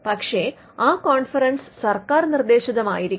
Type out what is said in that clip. പക്ഷെ ആ കോൺഫറൻസ് സർക്കാർ നിർദേശിതം ആയിരിക്കണം